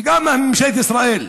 וגם מממשלת ישראל,